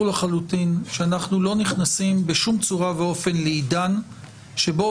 לחלוטין שאנחנו לא נכנסים בשום צורה ואופן לעידן שבו